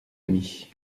ami